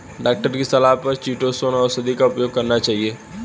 doctor की सलाह पर चीटोसोंन औषधि का उपयोग करना चाहिए